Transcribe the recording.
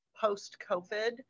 post-COVID